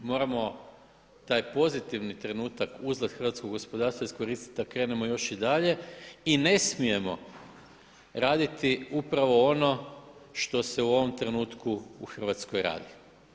Moramo taj pozitivni trenutak, uzlet hrvatskog gospodarstva iskoristiti da krenemo još i dalje i ne smijemo raditi upravo ono što se u ovom trenutku u Hrvatskoj radi.